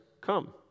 come